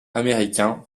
américain